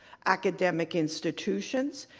academic institutions,